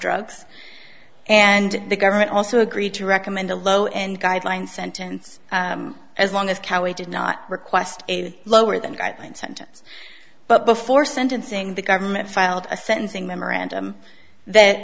drugs and the government also agreed to recommend a low end guideline sentence as long as kauai did not request a lower than guideline sentence but before sentencing the government filed a sentencing memorandum that